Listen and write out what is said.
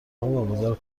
واگذار